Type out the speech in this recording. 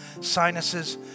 sinuses